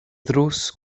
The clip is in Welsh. ddrws